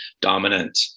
dominant